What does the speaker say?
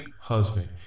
husband